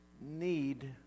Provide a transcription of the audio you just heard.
need